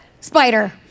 spider